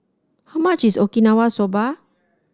how much is Okinawa Soba